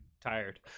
tired